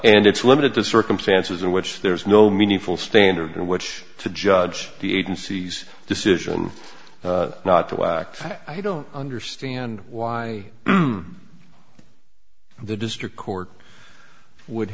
and it's limited to circumstances in which there is no meaningful standard in which to judge the agency's decision not to act i don't understand why the district court would